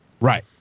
Right